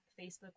Facebook